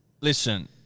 Listen